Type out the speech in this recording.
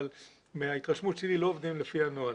אבל מהתרשמות שלי לא עובדים לפי הנוהל.